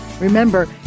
Remember